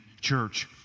church